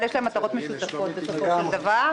יש להם מטרות משותפות בסופו של דבר.